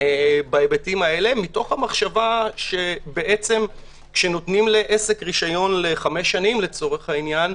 בהיבטים האלה מתוך המחשבה שכשנותנים לעסק רשיון לחמש שנים לצורך העניין,